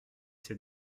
c’est